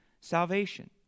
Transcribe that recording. salvation